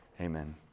Amen